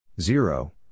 Zero